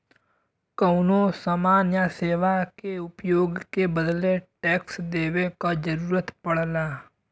कउनो समान या सेवा के उपभोग के बदले टैक्स देवे क जरुरत पड़ला